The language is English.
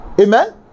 Amen